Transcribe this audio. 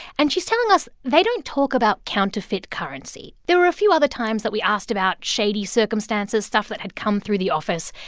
and she's telling us they don't talk about counterfeit currency. there were a few other times that we asked about shady circumstances, stuff that had come through the office.